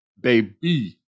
baby